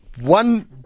One